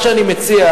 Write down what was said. לכן, מה שאני מציע,